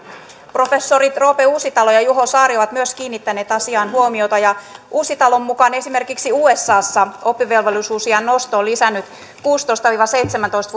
professorit roope uusitalo ja juho saari ovat myös kiinnittäneet asiaan huomiota ja uusitalon mukaan esimerkiksi usassa oppivelvollisuusiän nosto on lisännyt kuusitoista viiva seitsemäntoista